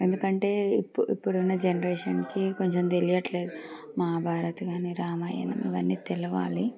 ఎందుకంటే ఇప్పుడు ఇప్పుడున్న జనరేషన్కి కొంచెం తెలియట్లేదు మహాభారత్ కాని రామాయణం ఇవన్నీ తెలవాలి